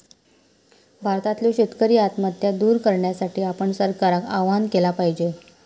भारतातल्यो शेतकरी आत्महत्या दूर करण्यासाठी आपण सरकारका आवाहन केला पाहिजे